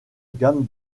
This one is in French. gamme